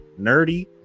nerdy